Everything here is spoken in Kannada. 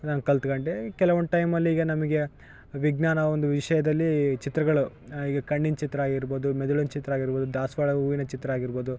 ನಾನು ಕಲಿತ್ಕೊಂಡೆ ಕೆಲವೊಂದು ಟೈಮಲ್ಲಿ ಈಗ ನಮಗೆ ವಿಜ್ಞಾನ ಒಂದು ವಿಷಯದಲ್ಲಿ ಚಿತ್ರಗಳು ಈಗ ಕಣ್ಣಿನ ಚಿತ್ರ ಆಗಿರ್ಬೌದು ಮೆದುಳಿನ ಚಿತ್ರ ಆಗಿರ್ಬೌದು ದಾಸವಾಳ ಹೂವಿನ ಚಿತ್ರ ಆಗಿರ್ಬೌದು